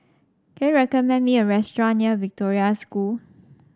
can you recommend me a restaurant near Victoria School